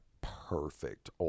perfect